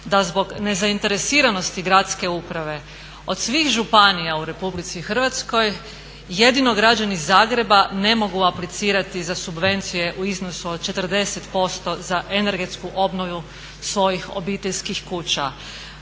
da zbog nezainteresiranosti gradske uprave od svih županija u Republici Hrvatskoj jedino građani Zagreba ne mogu aplicirati za subvencije u iznos od 40% za energetsku obnovu svojih obiteljskih kuća.